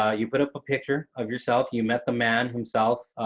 ah you put up a picture of yourself you met the man himself